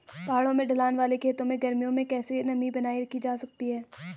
पहाड़ों में ढलान वाले खेतों में गर्मियों में कैसे नमी बनायी रखी जा सकती है?